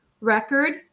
record